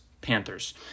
Panthers